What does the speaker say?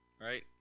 right